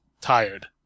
tired